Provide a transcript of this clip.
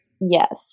yes